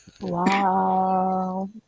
Wow